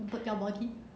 put your body